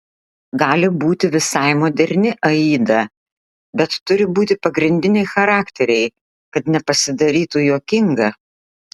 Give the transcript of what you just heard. gali būti visai moderni aida bet turi būti pagrindiniai charakteriai kad nepasidarytų juokinga